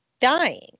dying